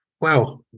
wow